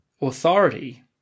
authority